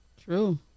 True